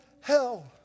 hell